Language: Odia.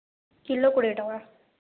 କିଲୋ କୋଡ଼ିଏ ଟଙ୍କା